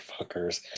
fuckers